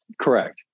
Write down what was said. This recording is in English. Correct